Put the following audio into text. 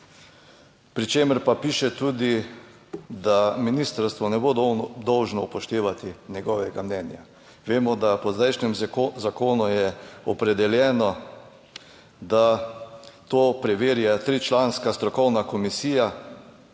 Pri čemer pa piše tudi, da ministrstvo ne bo dolžno upoštevati njegovega mnenja. Vemo, da po zdajšnjem zakonu je opredeljeno, da to preverja tričlanska strokovna komisija